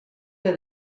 que